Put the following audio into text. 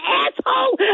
asshole